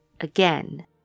again